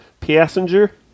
Passenger